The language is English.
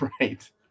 Right